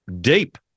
deep